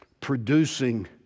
producing